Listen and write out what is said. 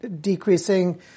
decreasing